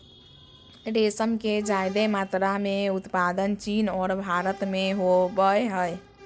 रेशम के ज्यादे मात्रा में उत्पादन चीन और भारत में होबय हइ